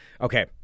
Okay